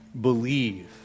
believe